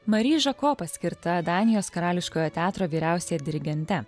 mari žako paskirta danijos karališkojo teatro vyriausiąja dirigente